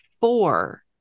four